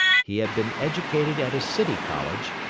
he had been educated at a city college,